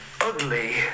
ugly